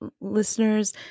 listeners